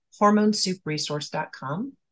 hormonesoupresource.com